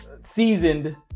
seasoned